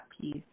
piece